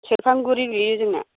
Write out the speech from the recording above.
सेरफांगुरि गोग्लैयो जोंना